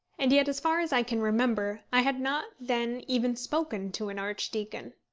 and yet, as far as i can remember, i had not then even spoken to an archdeacon.